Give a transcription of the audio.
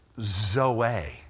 zoe